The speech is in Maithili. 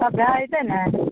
सब भए जेतय ने